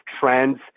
trends